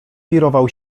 wirował